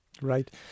Right